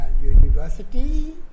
university